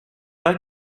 pas